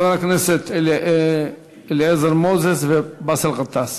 חברי הכנסת מנחם אליעזר מוזס ובאסל גטאס.